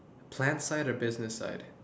plan side or business side